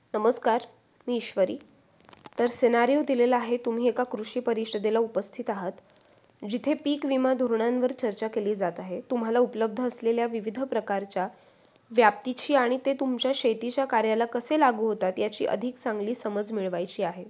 नमस्कार मी ईश्वरी तर सेनारिओ दिलेला आहे तुम्ही एका कृषी परिषदेला उपस्थित आहात जिथे पीक विमा धोरणांवर चर्चा केली जात आहे तुम्हाला उपलब्ध असलेल्या विविध प्रकारच्या व्याप्तीची आणि ते तुमच्या शेतीच्या कार्याला कसे लागू होतात याची अधिक चांगली समज मिळवायची आहे